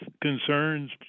concerns